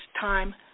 time